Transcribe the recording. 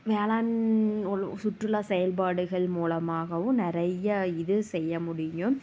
வேளாண் உள்ளுர் சுற்றுலா செயல்பாடுகள் மூலமாகவும் நிறையா இது செய்ய முடியும்